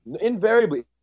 invariably